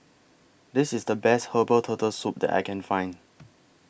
This IS The Best Herbal Turtle Soup that I Can Find